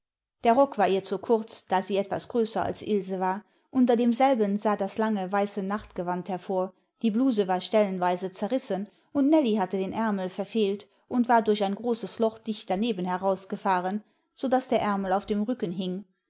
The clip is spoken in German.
der rock war ihr zu kurz da sie etwas größer als ilse war unter demselben sah das lange weiße nachtgewand hervor die bluse war stellenweise zerrissen und nellie hatte den aermel verfehlt und war durch ein großes loch dicht daneben herausgefahren so daß der aermel auf dem rücken hing